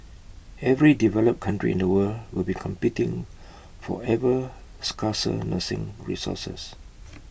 every developed country in the world will be competing for ever scarcer nursing resources